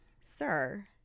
sir